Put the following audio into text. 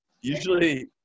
usually